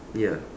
ya